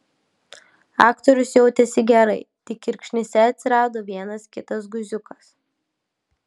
aktorius jautėsi gerai tik kirkšnyse atsirado vienas kitas guziukas